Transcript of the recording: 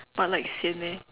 but like sian eh